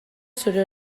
zure